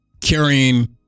carrying